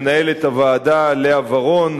למנהלת הוועדה לאה ורון,